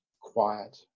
quiet